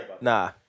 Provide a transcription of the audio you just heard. Nah